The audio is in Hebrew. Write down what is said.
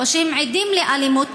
או עדים לאלימות,